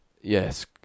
Yes